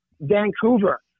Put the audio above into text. Vancouver